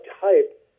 type